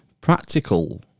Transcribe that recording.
practical